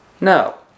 No